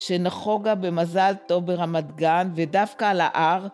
שנחוגה במזל טוב ברמת גן ודווקא על ההר.